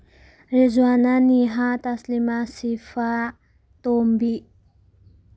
ꯔꯦꯖꯨꯋꯥꯅ ꯅꯤꯍꯥ ꯇꯁꯂꯤꯃꯥ ꯁꯤꯐꯥ ꯇꯣꯝꯕꯤ